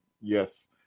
Yes